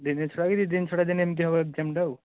ଦିନେ ଛଡ଼ା କି ଦୁଇ ଦିନ ଛଡ଼ା ଦିନେ ଏମତି ହେବ ଏକ୍ଜାମ୍ଟା ଆଉ